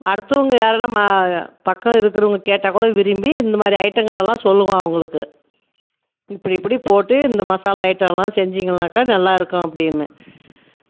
அடுத்தவங்க யாருனா பக்கம் இருக்கிறவங்க கேட்டால் கூட விரும்பி இந்த மாதிரி ஐட்டங்களெல்லாம் சொல்வோம் அவங்களுக்கு இப்டி இப்டி போட்டு இந்த மசாலா ஐட்டமெல்லாம் செஞ்சிங்கள்னாக்கா நல்லா இருக்கும் அப்படினு